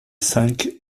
cinq